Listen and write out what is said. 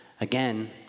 Again